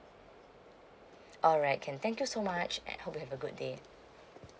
alright can thank you so much and hope you have a good day